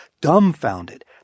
dumbfounded